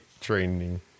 training